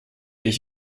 ich